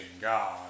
god